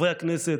חברי הכנסת,